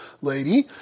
lady